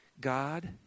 God